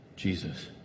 Jesus